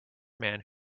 man